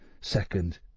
second